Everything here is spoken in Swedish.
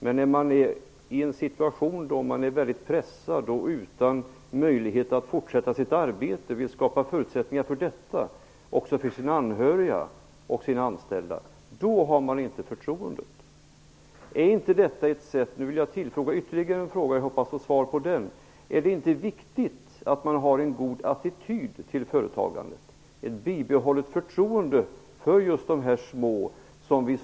Men i en situation då företagaren är väldigt pressad och inte har några möjligheter att fortsätta sitt arbete men vill skapa förutsättningar för detta också för sina anhöriga och anställda - då har företagaren inte förtroendet. Jag vill ställa ytterligare en fråga. Jag hoppas att jag får svar på den. Är det inte viktigt att man har en god attityd till företagande och ett bibehållet förtroende för just de små företagen?